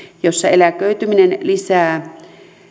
jossa eläköityminen lisää